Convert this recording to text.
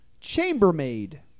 Chambermaid